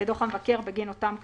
ודוח המבקר בגין אותן כנסות,